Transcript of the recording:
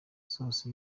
zose